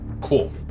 Cool